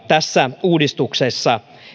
tässä uudistuksessa